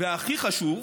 והכי חשוב,